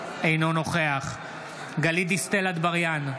אינו נוכח גלית דיסטל אטבריאן,